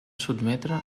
sotmetre